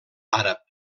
àrab